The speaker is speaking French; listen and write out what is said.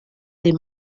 des